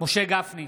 משה גפני,